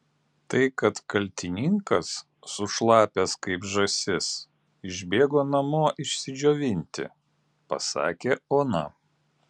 tai kad kaltininkas sušlapęs kaip žąsis išbėgo namo išsidžiovinti pasakė ona